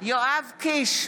יואב קיש,